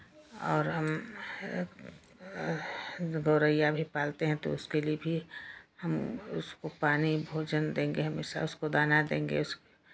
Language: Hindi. और हम गोरैया भी पालते हैं तो उसके लिए भी हम उसको पानी भोजन देंगे हमेशा उसको दाना देंगे उस